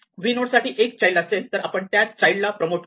v node साठी एक child असेल तर आपण त्या चाइल्ड ला प्रमोट करू